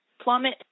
plummet